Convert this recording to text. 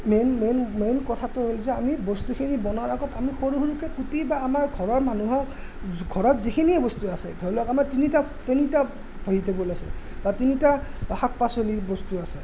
main main main কথাটো হ'ল যে আমি বস্তুখিনি বনোৱাৰ আগত আমি সৰু সৰুকৈ কুটি বা আমাৰ ঘৰৰ মানুহৰ ঘৰত যিখিনিয়ে বস্তু আছে ধৰি লওক আমাৰ তিনিটা তিনিটা ভেজিটেবুল আছে বা তিনিটা শাক পাচলিৰ বস্তু আছে